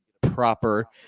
proper